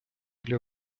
для